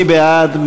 מי בעד?